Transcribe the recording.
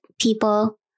people